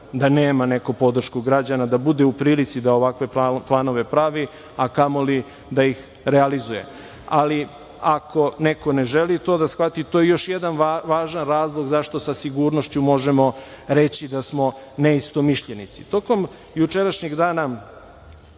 da nema neku podršku građana, da bude u prilici da ovakve planove pravi, a kamoli da ih realizuje. Ali, ako neko ne želi to da shvati, to je još jedan važan razlog zašto sa sigurnošću možemo reći da smo neistomišljenici. Tokom jučerašnjeg dana